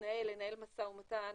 להתנהל ולנהל משא ומתן,